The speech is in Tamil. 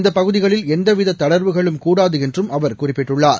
இந்தப் பகுதிகளில் எந்தவித தளர்வுகளும் கூடாது என்றும் அவர் குறிப்பிட்டுள்ளார்